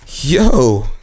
Yo